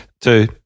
Two